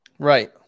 Right